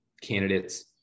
candidates